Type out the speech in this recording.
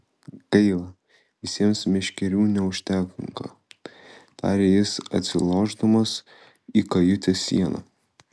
gaila visiems meškerių neužtenka tarė jis atsilošdamas į kajutės sieną